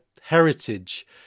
heritage